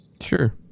Sure